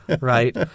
right